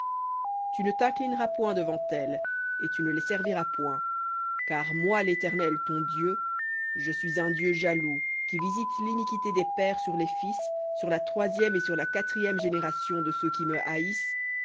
tu ne t'inclineras point devant elles et tu ne les serviras point car moi l'éternel ton dieu je suis un dieu jaloux qui visite l'iniquité des pères sur les fils et sur la troisième et sur la quatrième de ceux qui me haïssent